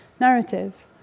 narrative